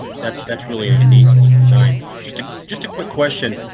that's that's really a neat design, just a just a quick question.